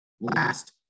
Last